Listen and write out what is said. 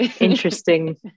Interesting